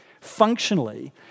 functionally